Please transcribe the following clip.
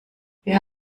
wir